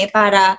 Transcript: para